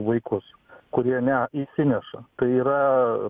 vaikus kurie ne įsineša tai yra